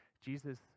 Jesus